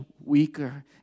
weaker